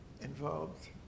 involved